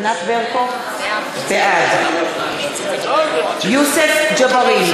ברקו, בעד יוסף ג'בארין,